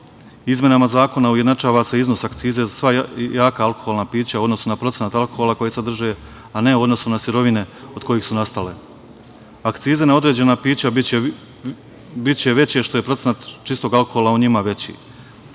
Izmenama zakona ujednačava se iznos akcize za sva jaka alkoholna pića u odnosu na procenat alkohola koji sadrže, a ne u odnosu na sirovine od kojih su nastala. Akcize na određena pića biće veće što je procenat čistog alkohola u njima veći,